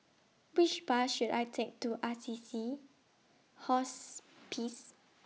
Which Bus should I Take to Assisi Hospice